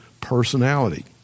personality